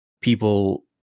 people